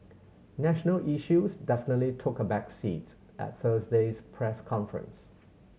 national issues definitely took a back seat at Thursday's press conference